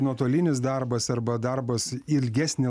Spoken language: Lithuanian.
nuotolinis darbas arba darbas ilgesnį